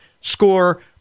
score